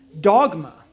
dogma